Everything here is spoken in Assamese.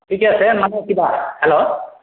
ঠিকে আছে মানে কিবা হেল্ল'